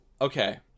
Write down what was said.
okay